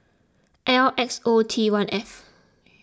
L X O T one F